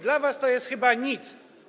Dla was to jest chyba nic.